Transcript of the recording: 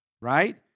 right